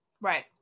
right